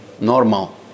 Normal